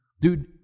dude